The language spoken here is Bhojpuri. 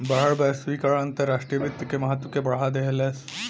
बढ़ल वैश्वीकरण अंतर्राष्ट्रीय वित्त के महत्व के बढ़ा देहलेस